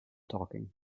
talking